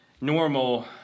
normal